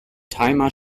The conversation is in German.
timer